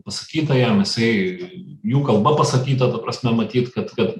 pasakyta jam jisai jų kalba pasakyta ta prasme matyt kad kad